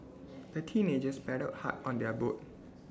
the teenagers paddled hard on their boat